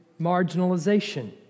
marginalization